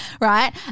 right